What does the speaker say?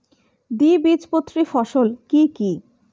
দ্বিবীজপত্রী ফসল কি কি?